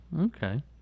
Okay